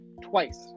twice